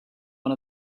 one